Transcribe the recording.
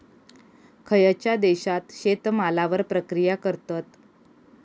खयच्या देशात शेतमालावर प्रक्रिया करतत?